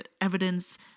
evidence